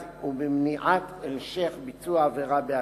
ובמניעת המשך ביצוע העבירה בעתיד.